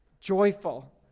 joyful